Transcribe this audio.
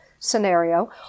scenario